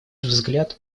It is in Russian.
взгляд